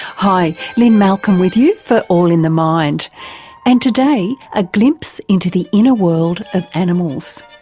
hi lynne malcolm with you for all in the mind and today a glimpse into the inner world of animals.